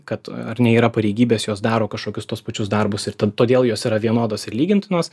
kad ar ne yra pareigybės jos daro kažkokius tuos pačius darbus ir tad todėl jos yra vienodos ir lygintinos